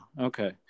okay